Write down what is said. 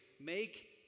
make